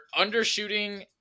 undershooting